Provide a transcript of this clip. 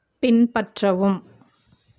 பின்பற்றவும்